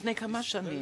לפני כמה שנים,